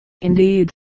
indeed